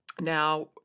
Now